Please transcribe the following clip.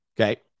Okay